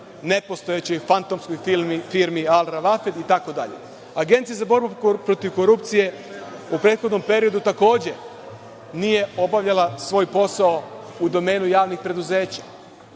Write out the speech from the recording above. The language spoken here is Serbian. ne postojećih, fantomskoj firmi itd. Agencija za borbu protiv korupcije u prethodnom periodu, takođe, nije obavljala svoj posao u domenu javnih preduzeća